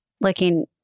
looking